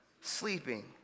sleeping